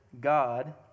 God